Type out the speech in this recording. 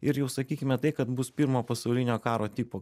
ir jau sakykime tai kad bus pirmo pasaulinio karo tipo